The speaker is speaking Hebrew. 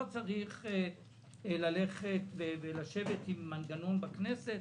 לא צריך ללכת ולשבת עם מנגנון בכנסת